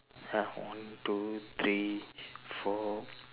ah one two three four